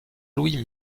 louis